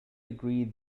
agreed